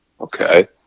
Okay